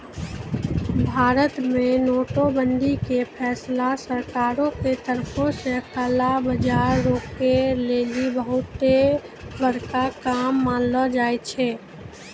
भारत मे नोट बंदी के फैसला सरकारो के तरफो से काला बजार रोकै लेली बहुते बड़का काम मानलो जाय छै